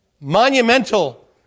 monumental